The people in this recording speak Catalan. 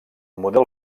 model